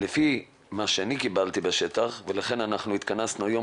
לפי מה שאני קיבלתי מהשטח ולכן התכנסנו היום